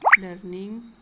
learning